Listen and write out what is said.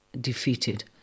defeated